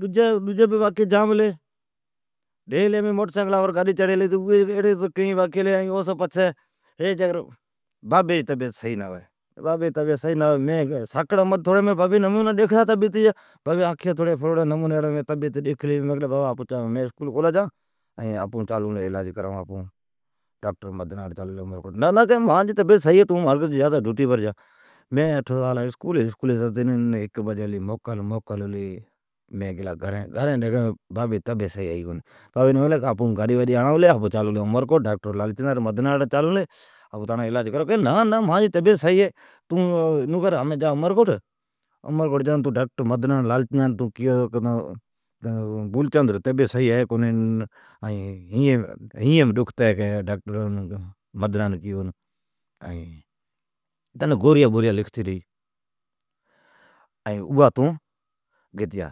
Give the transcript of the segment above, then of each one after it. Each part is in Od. ڈجی واقعی کیئی ھلی۔ موٹرسائیکلاس ڈھیلی گاڈی چڑیلی ھتی۔ ہیک دفعا بابی جی طبعیت صحیح نہ ھوی۔ ھیک دفعا ساکڑا مالی مین ڈیکھلی تہ بابی جی طبعیت صحیح نہ ھوی آنکھیا تھوڑیا فروڑیا ایڑیا لاگیلیا پلیا مین بابین کیلی، مین اج کرین لا موکل آپون چالون لی ڈاکٹر مدناٹھ، بابا کی نا نا تون آپکی ڈوٹیم جا۔ موکل ھلی مین آلا گھرین ڈیکھی تو بابی جی طبعیت صحیح کونی۔ بابین کیلی چالون ڈاکٹر مدناٹھ ٹیسٹا بیسٹا کرائون کی نانا مانجی طبعیت صحیح ہے تون جا ڈاکٹر مدناٹھ کیون کہ ماستر بولچند ری طبعیت صحیح ہے کونی ھیئین ڈکھتی ھوی گوریا دوایا ڈی تنین تون گینیا۔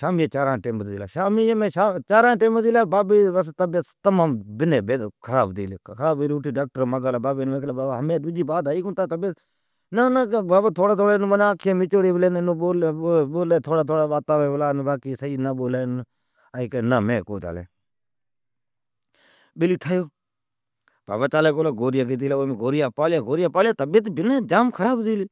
سامیجی چاران جا ٹیم ھتی گلا بابی جی طبعیت سفا ڈائون ھتی گلی۔ مین ھمین بابین کیلیھمین تانجی طبعیت سفا ڈائون ھتی گلی چالون لی آپون ڈاکٹر مدناٹھ، بابا کی نانان آنکھیا سفا ایون میچوڑیا۔ بیلی ٹھیو گوریا گیتی گلیا اوا کھالیا، بابی جی طبعیت سفا خراب ھتی گلی۔